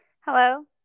Hello